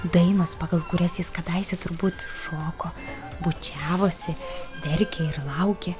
dainos pagal kurias jis kadaise turbūt šoko bučiavosi verkė ir laukė